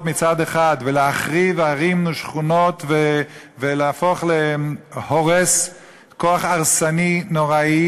מצד אחד ולהחריב ערים ושכונות ולהפוך לכוח הרסני נוראי.